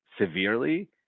severely